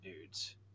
dudes